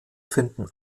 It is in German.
finden